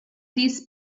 this